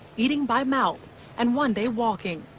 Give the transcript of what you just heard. eating by mouth and one day walking.